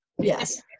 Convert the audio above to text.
Yes